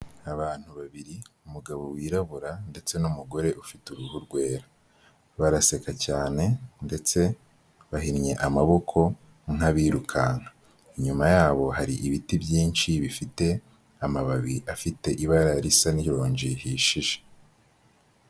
Abantu babiri, umugabo wirabura ndetse n'umugore ufite uruhu rwera, baraseka cyane ndetse bahinnye amaboko nk'abirukanka, inyuma yabo hari ibiti byinshi bifite amababi afite ibara risa n'ironji rihishije.